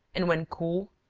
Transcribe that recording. and when cool,